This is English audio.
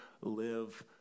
live